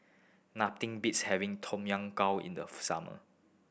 nothing beats having Tom Kha Gai in the summer